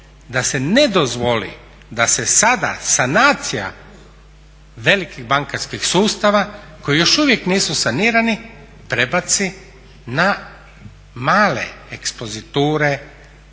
da se ne dozvoli da se sada sanacija velikih bankarskih sustava koji još uvijek nisu sanirani prebaci na male ekspoziture,